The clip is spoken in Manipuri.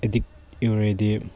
ꯑꯦꯗꯤꯛ ꯑꯣꯏꯔꯗꯤ